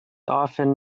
often